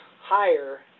higher